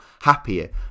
happier